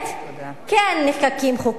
כן נחקקים חוקים.